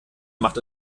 macht